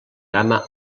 gamma